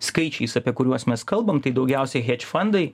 skaičiais apie kuriuos mes kalbam tai daugiausia heč fandai